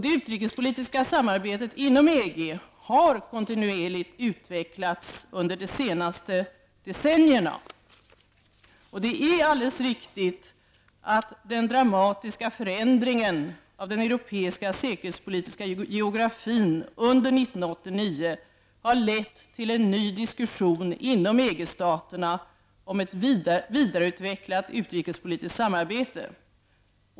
Det utrikespolitiska samarbetet inom EG har kontinuerligt utvecklats under de senaste decennierna. Det är alldeles riktigt att den dramatiska förändringen av den europeiska säkerhetspolitiska geografin under 1989 har lett till en ny diskussion inom EG-staterna om ett vidareutvecklat utrikespolitiskt samarbete.